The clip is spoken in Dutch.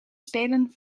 spelen